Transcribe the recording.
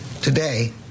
Today